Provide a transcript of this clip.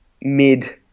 mid